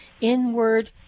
inward